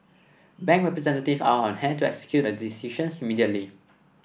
bank representatives are on hand to execute the decisions immediately